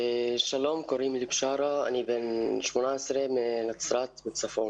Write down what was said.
שלום, קוראים לי בשארה, אני בן 18 מנצרת בצפון.